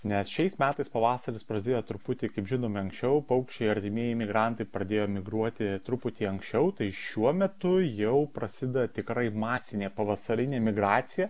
nes šiais metais pavasaris prasidėjo truputį kaip žinome anksčiau paukščiai artimieji migrantai pradėjo migruoti truputį anksčiau tai šiuo metu jau prasideda tikrai masinė pavasarinė migracija